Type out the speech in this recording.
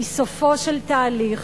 היא סופו של תהליך